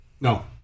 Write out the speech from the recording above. No